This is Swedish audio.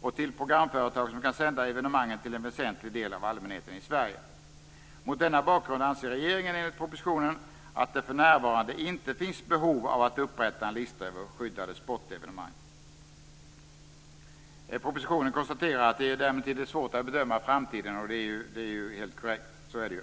och till programföretag som kan sända evenemangen till en väsentlig del av allmänheten i Mot denna bakgrund anser regeringen, enligt propositionen, att det för närvarande inte finns behov av att upprätta en lista över skyddade sportevenemang. I propositionen konstateras att det emellertid är svårt att bedöma den framtida utvecklingen, och det är ju helt korrekt.